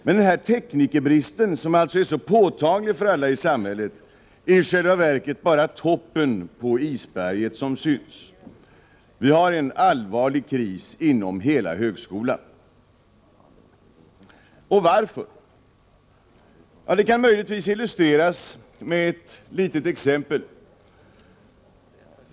Men teknikerbristen, som alltså är så påtaglig för alla i samhället, är i själva verket bara toppen på isberget. Vi har en allvarlig kris inom hela högskolan. Och varför? Ja, det kan möjligtvis illustreras med ett litet exempel.